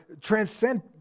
transcend